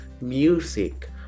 music